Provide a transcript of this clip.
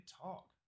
talk